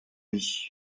nuit